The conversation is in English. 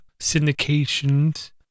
syndications